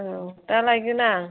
औ दा लायगोन आं